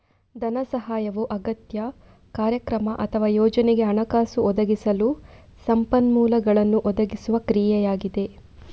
ಧನ ಸಹಾಯವು ಅಗತ್ಯ, ಕಾರ್ಯಕ್ರಮ ಅಥವಾ ಯೋಜನೆಗೆ ಹಣಕಾಸು ಒದಗಿಸಲು ಸಂಪನ್ಮೂಲಗಳನ್ನು ಒದಗಿಸುವ ಕ್ರಿಯೆಯಾಗಿದೆ